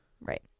Right